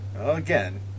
again